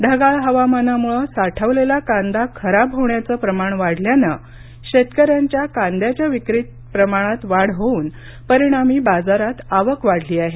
ढगाळ हवामानामुळे साठवलेला कांदा खराब होण्याचं प्रमाण वाढल्यानं शेतकऱ्यांच्या कांद्याच्या विक्री प्रमाणात वाढ होऊन परिणामी बाजारात आवक वाढली आहे